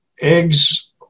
eggs